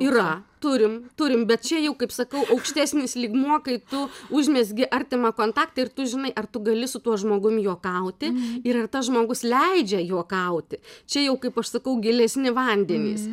yra turim turim bet čia jau kaip sakau aukštesnis lygmuo kai tu užmezgi artimą kontaktą ir tu žinai ar tu gali su tuo žmogum juokauti ir ar tas žmogus leidžia juokauti čia jau kaip aš sakau gilesni vandenys